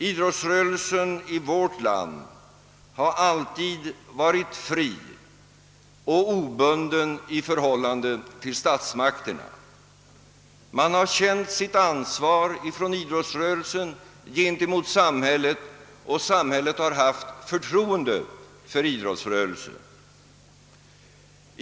Idrottsrörelsen i vårt land har alltid varit fri och obunden i förhållande till statsmakterna. Den har känt sitt ansvar gentemot samhället, och samhället har haft förtroende för idrottsrörelsen.